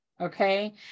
okay